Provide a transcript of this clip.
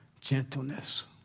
gentleness